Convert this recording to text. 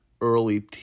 early